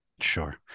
Sure